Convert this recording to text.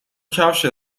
کفشت